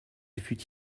fut